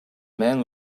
men